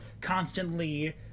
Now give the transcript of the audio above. constantly